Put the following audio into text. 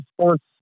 sports